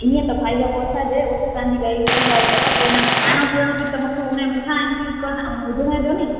ईअं त फ़ाइदो पोसाजे उते तव्हांजी सही ॻाल्हि अथव पोइ इनमें खाइणो पीअणो बि त मूंखे हुन जे मथां इनक्लूड करणु अने विझणो हुजे नि